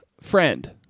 friend